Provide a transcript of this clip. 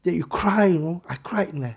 that you cry you know I cried leh